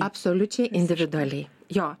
absoliučiai individualiai jo